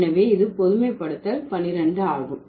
எனவே இது பொதுமைப்படுத்தல் பன்னிரண்டு ஆகும்